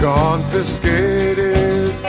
confiscated